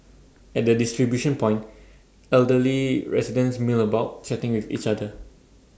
at the distribution point elderly residents mill about chatting with each other